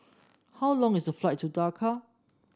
how long is the flight to Dakar